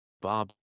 Bob